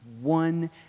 one